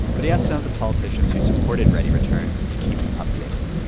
but he asked some of the politicians who supported readyreturn to keep him updated.